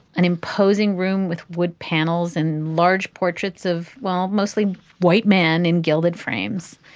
an imposing room with wood panels and large portraits of, well, mostly white men in gilded frames,